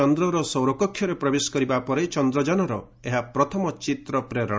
ଚନ୍ଦ୍ରର ସୌରକକ୍ଷରେ ପ୍ରବେଶ କରିବା ପରେ ଚନ୍ଦ୍ରଯାନର ଏହା ପ୍ରଥମ ଚିତ୍ରପ୍ରେରଣ